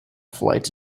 flights